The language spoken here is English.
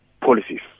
policies